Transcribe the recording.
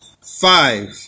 five